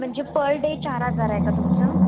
म्हणजे per day चार हजार आहे का तुमचं